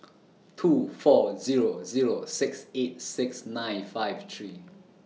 two four Zero Zero six eight six nine five three